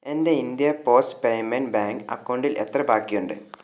എൻ്റെ India post payment bank അക്കൗണ്ടിൽ എത്ര ബാക്കിയുണ്ട്